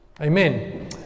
Amen